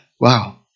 Wow